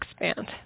expand